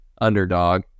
underdog